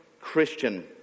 Christian